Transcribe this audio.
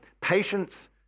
patience